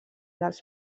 dels